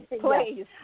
Please